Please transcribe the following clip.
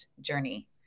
journey